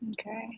Okay